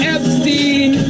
Epstein